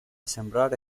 sembrare